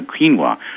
quinoa